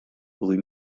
rue